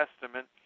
Testament